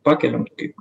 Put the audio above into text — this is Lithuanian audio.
pakeliam kaip